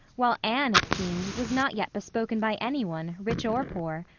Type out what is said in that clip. while anne, it seemed, was not yet bespoken by any one, rich or poor.